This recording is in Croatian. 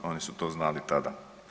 Oni su to znali tada.